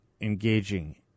engaging